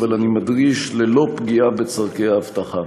אבל אני מדגיש: ללא פגיעה בצורכי האבטחה.